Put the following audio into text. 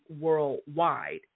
Worldwide